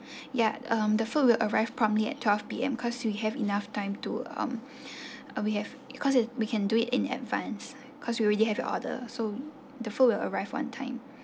ya um the food will arrive promptly at twelve P_M because we have enough time to um uh we have because it we can do it in advance because we already have your order so the food will arrive on time